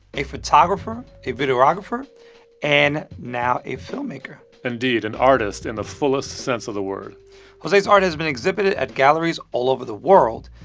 a photographer, a videographer and now a filmmaker indeed, an artist in the fullest sense of the world jose's art has been exhibited at galleries all over the world.